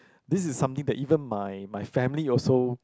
this is something that even my my family also